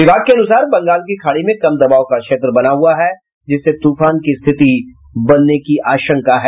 विभाग के अनुसार बंगाल की खाड़ी में कम दबाव का क्षेत्र बना हुआ है जिससे तूफान की स्थिति बनने की आशंका है